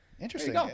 interesting